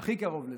הכי קרוב לזה.